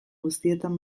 guztietan